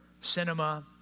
cinema